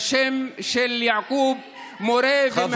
והאם אתה מתכוון לעשות שימוש בסמכותך ולהשעותה מעבודתה ולזמנה לשימוע,